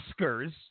Oscars